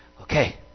okay